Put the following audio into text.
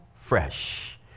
fresh